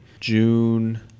June